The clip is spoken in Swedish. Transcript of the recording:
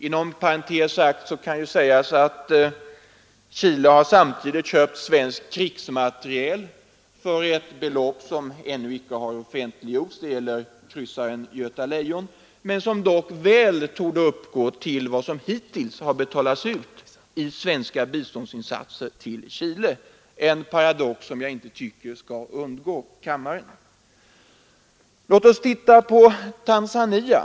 Inom parentes kan nämnas att Chile samtidigt köpt svensk krigsmateriel för ett belopp som ännu inte har offentliggjorts — det gäller kryssaren Göta Lejon — men som torde uppgå till vad som hittills har betalats ut i svenska biståndsinsatser till Chile, en paradox som jag tycker inte skall undgå kammaren. Låt oss titta på Tanzania.